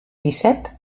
disset